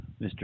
Mr